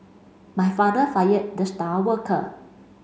my father fired the star worker